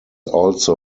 also